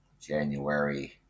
January